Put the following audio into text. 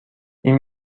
این